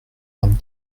vingt